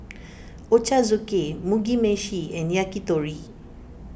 Ochazuke Mugi Meshi and Yakitori